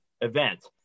event